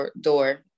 door